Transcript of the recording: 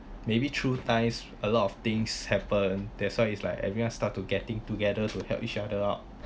maybe through times a lot of things happened that's why it's like everyone start to getting together to help each other out